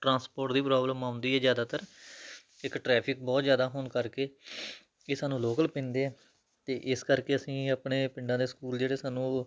transport ਦੀ problem ਆਉਂਦੀ ਹੈ ਜ਼ਿਆਦਾਤਰ ਇੱਕ ਟਰੈਫਿਕ ਬਹੁਤ ਜ਼ਿਆਦਾ ਹੋਣ ਕਰਕੇ ਇਹ ਸਾਨੂੰ ਲੋਕਲ ਪੈਂਦੇ ਆ ਅਤੇ ਇਸ ਕਰਕੇ ਅਸੀਂ ਆਪਣੇ ਪਿੰਡਾਂ ਦੇ ਸਕੂਲ ਜਿਹੜੇ ਸਾਨੂੰ ਉਹ